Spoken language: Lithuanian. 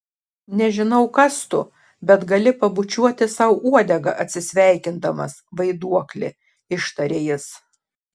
nežinau kas tu bet gali pabučiuoti sau uodegą atsisveikindamas vaiduokli ištarė jis